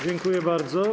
Dziękuję bardzo.